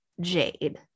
Jade